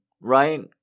right